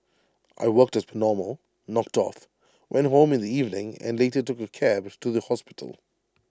I worked as per normal knocked off went home in the evening and later took A cab to the hospital